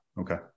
Okay